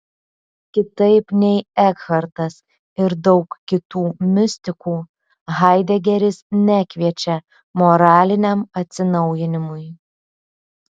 kitaip nei ekhartas ir daug kitų mistikų haidegeris nekviečia moraliniam atsinaujinimui